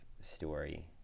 story